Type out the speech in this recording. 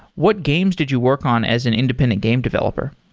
what games did you work on as an independent game developer?